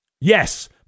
Yes